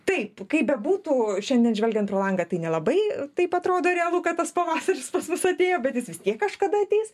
taip kaip bebūtų šiandien žvelgiant pro langą tai nelabai taip atrodo realu kad tas pavasaris pas mus atėjo bet jis vis tiek kažkada ateis